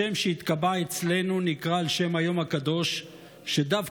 השם שהתקבע אצלנו נקרא על שם היום הקדוש שדווקא